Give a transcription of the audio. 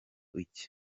iki